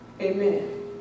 Amen